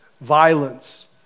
violence